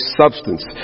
substance